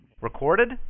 Recorded